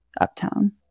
uptown